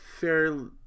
fairly